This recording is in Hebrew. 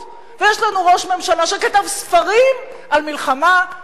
יש לנו ראש ממשלה שכתב ספרים על מלחמה נגד הטרור,